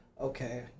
Okay